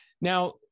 Now